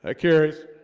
ah carries